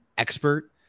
expert